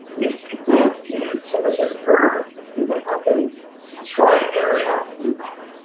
if you look in. so this is urban. if you look up in detroit area of the united.